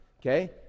Okay